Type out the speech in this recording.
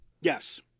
Yes